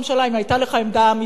אם היתה לך עמדה אמיתית,